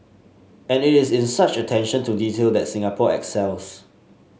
and it is in such attention to detail that Singapore excels